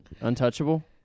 Untouchable